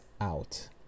out